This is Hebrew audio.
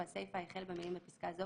והסיפה החל במילים "בפסקה זו,